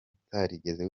utarigeze